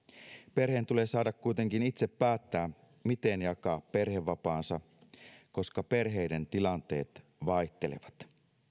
perheen tulee saada kuitenkin itse päättää miten jakaa perhevapaansa koska perheiden tilanteet vaihtelevat